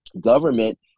Government